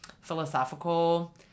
philosophical